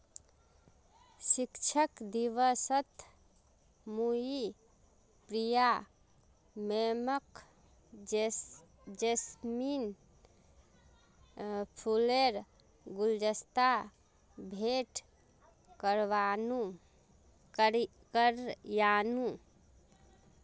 शिक्षक दिवसत मुई प्रिया मैमक जैस्मिन फूलेर गुलदस्ता भेंट करयानू